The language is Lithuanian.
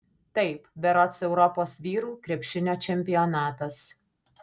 taip berods europos vyrų krepšinio čempionatas